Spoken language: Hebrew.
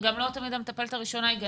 גם לא תמיד המטפלת הראשונה היא גננת.